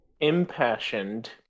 impassioned